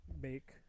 make